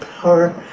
power